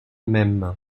m’aime